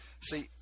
See